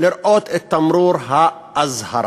לראות את תמרורי האזהרה.